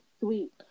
Sweet